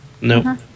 No